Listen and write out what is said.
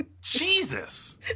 Jesus